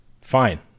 Fine